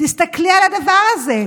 תסתכלי על הדבר הזה.